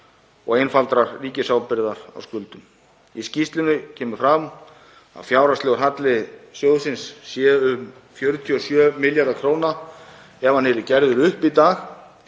og einfaldrar ríkisábyrgðar á skuldum. Í skýrslunni kemur fram að fjárhagslegur halli sjóðsins sé um 47 milljarðar kr. ef hann yrði gerður upp í dag.